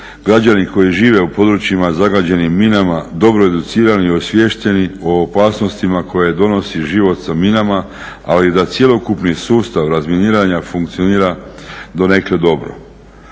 građani koji žive u područjima zagađenim minama dobro educirani i osviješteni o opasnostima koje donosi život sa minama ali i da cjelokupni sustav razminiranja funkcionira donekle dobro.